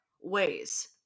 ways